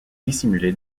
dissimulé